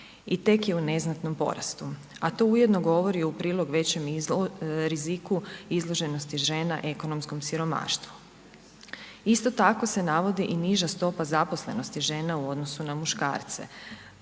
i tek je u neznatnom porastu. A to ujedno govori u prilog većem riziku izloženosti žena ekonomskom siromaštvu. Isto tako se navodi i niža stopa zaposlenosti žena u odnosu na muškarce,